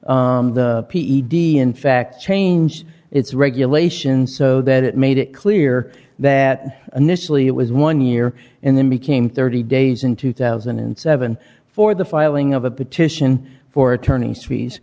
d in fact changed its regulations so that it made it clear that initially it was one year and then became thirty days in two thousand and seven for the filing of a petition for attorney's fees